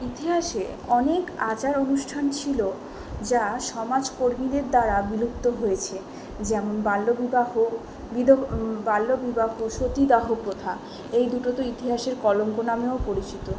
ইতিহাসে অনেক আচার অনুষ্ঠান ছিলো যা সমাজকর্মীদের দ্বারা বিলুপ্ত হয়েছে যেমন বাল্য বিবাহ বিধ বাল্য বিবাহ সতীদাহ প্রথা এই দুটো তো ইতিহাসের কলঙ্ক নামেও পরিচিত